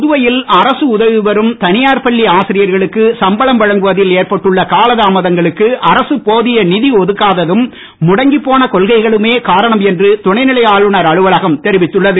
புதுவையில் அரசு உதவி பெறும் தனியார் பள்ளி ஆசிரியர்களுக்கு சம்பளம் வழங்குவதில் ஏற்பட்டுள்ள கால தாமதங்களுக்கு அரசு போதிய நிதி ஒதுக்காததும் முடங்கிப் போன கொள்கைகளுமே காரணம் என்று துணைநிலை ஆளுநர் அலுவலகம் தெரிவித்துள்ளது